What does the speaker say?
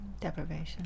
deprivation